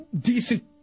decent